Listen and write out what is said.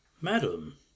madam